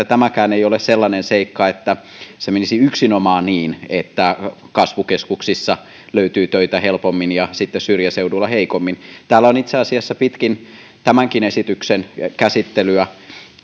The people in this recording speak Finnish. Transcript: tämäkään ei ole sellainen seikka että se menisi yksinomaan niin että kasvukeskuksissa löytyy töitä helpommin ja sitten syrjäseudulla heikommin täällä on itse asiassa pitkin tämänkin esityksen käsittelyä